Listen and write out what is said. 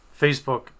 Facebook